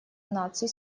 наций